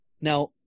Now